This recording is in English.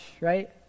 right